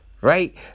right